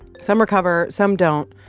some recover. some don't,